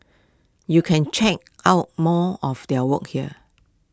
you can check out more of their work here